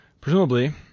presumably